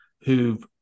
who've